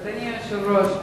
היושב-ראש,